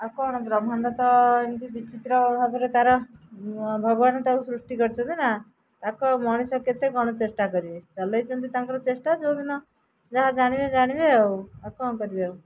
ଆଉ କ'ଣ ବ୍ରହ୍ମାଣ୍ଡ ଏମିତି ବିଚିତ୍ର ଭାବରେ ତାର ଭଗବାନ ତାକୁ ସୃଷ୍ଟି କରିଛନ୍ତି ନା ତାକୁ ମଣିଷ କେତେ କ'ଣ ଚେଷ୍ଟା କରିବେ ଚଲେଇଛନ୍ତି ତାଙ୍କର ଚେଷ୍ଟା ଯେଉଁଦିନ ଯାହା ଜାଣିବେ ଜାଣିବେ ଆଉ ଆଉ କ'ଣ କରିବେ ଆଉ